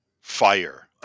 Fire